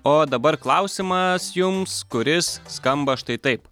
o dabar klausimas jums kuris skamba štai taip